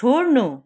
छोड्नु